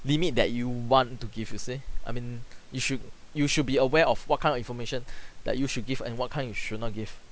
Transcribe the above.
limit that you want to give you see I mean you should you should be aware of what kind of information that you should give and what kind you should not give